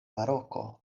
baroko